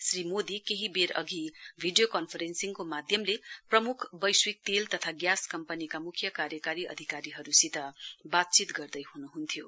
श्री मोदी केही वेरअघि भिडियो कन्फरेन्सिङको माध्यमले प्रमुख वैश्विक तेल तथा ग्यास कम्पनीका मुख्य कार्यकारी अधिकारीहरुसित वातचीत गर्दैहुनुहुन्थ्यो